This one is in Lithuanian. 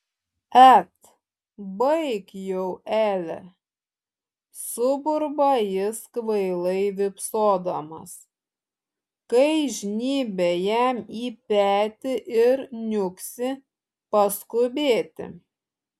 et baik jau ele suburba jis kvailai vypsodamas kai žnybia jam į petį ir niuksi paskubėti